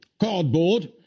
Cardboard